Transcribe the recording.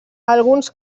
alguns